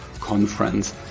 conference